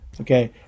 Okay